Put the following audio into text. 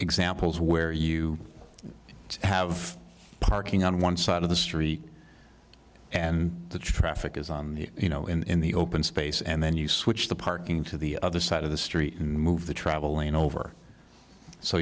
examples where you have parking on one side of the street and the traffic is on you know in the open space and then you switch the parking to the other side of the street and move the travel lane over so